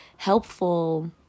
helpful